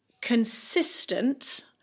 consistent